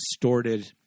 distorted